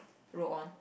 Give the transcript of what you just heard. roll on